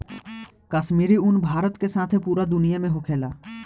काश्मीरी उन भारत के साथे पूरा दुनिया में होखेला